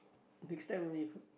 next time if